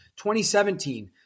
2017